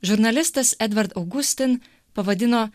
žurnalistas edvard augustin pavadino